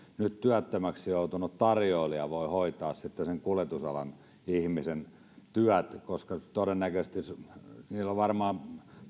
nyt työttömäksi joutunut tarjoilija voi hoitaa sitten sen kuljetusalan ihmisen työt koska todennäköisesti heistä varmaan